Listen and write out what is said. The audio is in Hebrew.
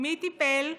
מי טיפל?